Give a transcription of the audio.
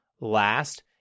Last